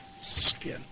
skin